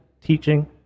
teaching